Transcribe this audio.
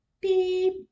beep